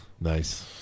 Nice